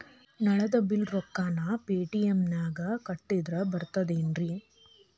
ನಳದ್ ಬಿಲ್ ರೊಕ್ಕನಾ ಪೇಟಿಎಂ ನಾಗ ಕಟ್ಟದ್ರೆ ಬರ್ತಾದೇನ್ರಿ?